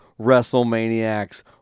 WrestleManiacs